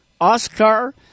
Oscar